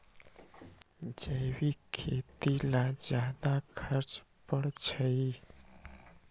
जैविक खेती ला ज्यादा खर्च पड़छई?